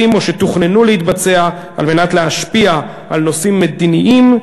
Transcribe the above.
או שתוכננו להתבצע על מנת להשפיע על נושאים מדיניים,